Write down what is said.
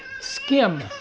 skim